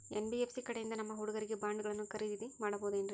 NBFC ಕಡೆಯಿಂದ ನಮ್ಮ ಹುಡುಗರಿಗೆ ಬಾಂಡ್ ಗಳನ್ನು ಖರೀದಿದ ಮಾಡಬಹುದೇನ್ರಿ?